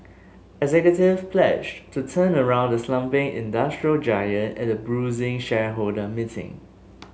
executives pledged to turn around the slumping industrial giant at a bruising shareholder meeting